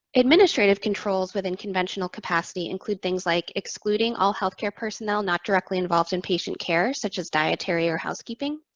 administrative controls within conventional capacity include things like excluding all healthcare personnel not directly involved in patient care, such as dietary or housekeeping,